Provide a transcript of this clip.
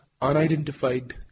unidentified